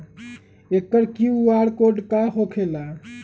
एकर QR code का होकेला?